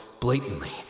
blatantly